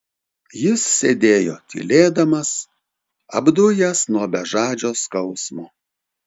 jis sėdėjo tylėdamas apdujęs nuo bežadžio skausmo